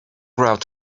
grout